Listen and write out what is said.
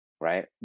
right